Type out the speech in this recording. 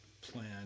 plan